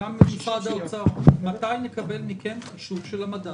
גם למשרד האוצר, מתי נקבל מכם חישוב של המדד